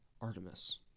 Artemis